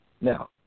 now